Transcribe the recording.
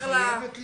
היא חייבת להירשם.